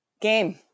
Game